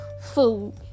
food